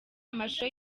amashusho